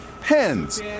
pens